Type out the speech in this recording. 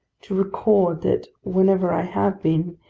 to record that wherever i have been,